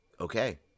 okay